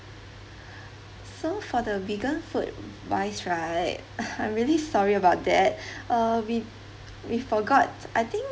so for the vegan food-wise right I'm really sorry about that uh we we forgot I think